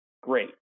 great